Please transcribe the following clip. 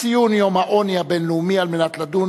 ציון יום העוני הבין-לאומי על מנת לדון